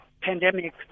pandemic